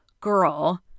girl